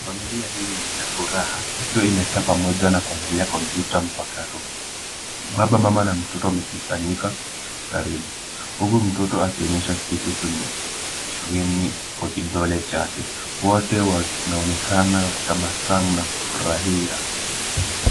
Familia hii ina furaha, ikiwa imekaa pamoja na kuangalia kompyuta mpakato. Baba, mama na mtoto wamekusanyika, karibu. Huku mtoto akionyesha kitu kwenye skrini kwa kidole chake. Wote wanaonekana kutabasamu na kufurahia.